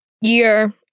year